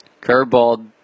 curveball